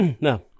No